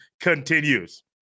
continues